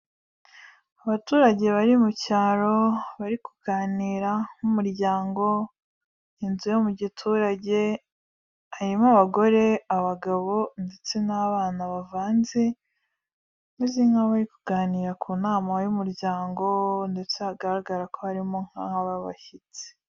Abaturage bari mu cyaro bari kuganira nk'umuryango, inzu yo mu giturage harimo abagore, abagabo ndetse n'abana bavanze bameze nk'aho bari kuganira ku nama y'umuryango ndetse hagaragara ko harimo n'ababashyitsi.